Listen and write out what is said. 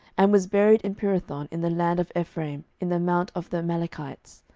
and was buried in pirathon in the land of ephraim, in the mount of the amalekites.